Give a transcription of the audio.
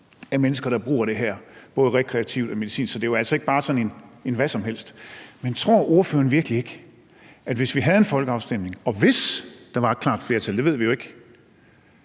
af mennesker, der bruger det her både rekreativt og medicinsk. Så det er jo altså ikke bare sådan hvad som helst. Men tror ordføreren ikke, at hvis vi havde en folkeafstemning, og hvis der var et klart flertal – det ved vi jo ikke